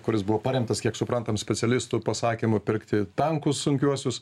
kuris buvo paremtas kiek suprantam specialistų pasakymu pirkti tankus sunkiuosius